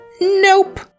Nope